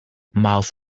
mouth